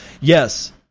Yes